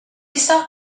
fissò